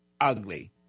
ugly